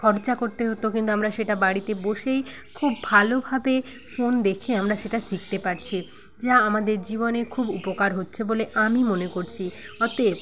খরচা করতে হতো কিন্তু আমরা সেটা বাড়িতে বসেই খুব ভালো ভাবে ফোন দেখে আমরা সেটা শিখতে পারছি যে আমাদের জীবনে খুব উপকার হচ্ছে বলে আমি মনে করছি অতএব